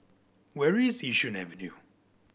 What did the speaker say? where is Yishun Avenue